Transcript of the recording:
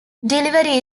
delivery